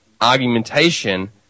argumentation